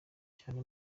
cyane